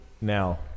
Now